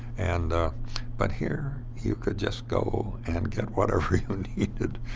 and but here, you could just go and get whatever you needed.